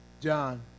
John